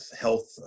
health